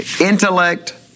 Intellect